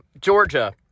Georgia